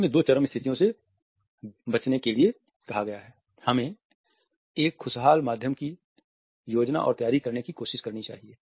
इन दो चरम स्थितियों से बचने के लिए हमें एक खुशहाल माध्यम की योजना और तैयारी करने की कोशिश करनी चाहिए